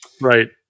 Right